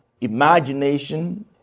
imagination